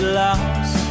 lost